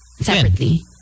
separately